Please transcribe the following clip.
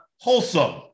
wholesome